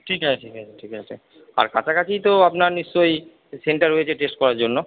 ঠিক আছে ঠিক আছে আর কাছাকাছি তো আপনার নিশ্চই সেন্টার রয়েছে টেস্ট করার জন্য